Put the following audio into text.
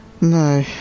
no